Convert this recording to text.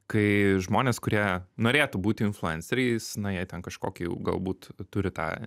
kai žmonės kurie norėtų būti influenceriais na jei ten kažkokį galbūt turi tą